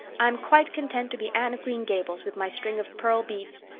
i'm quite content to be anne of green gables, with my string of pearl beads.